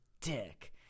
dick